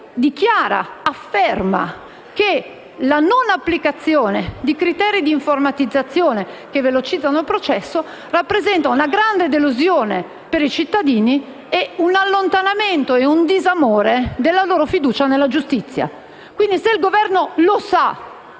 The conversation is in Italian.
dichiara e si afferma che la non applicazione di criteri di informatizzazione che velocizzano il processo rappresenta una grande delusione per i cittadini e un allontanamento e un disamore della loro fiducia nella giustizia. Quindi, se il Governo lo sa,